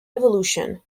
evolution